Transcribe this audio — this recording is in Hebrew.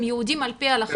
הם יהודים עפ"י ההלכה,